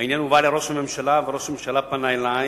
העניין הובא לראש הממשלה, וראש הממשלה פנה אלי,